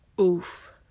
Oof